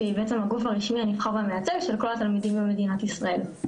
שהיא בעצם הגוף הנבחר והמייצג של כל התלמידים במדינת ישראל.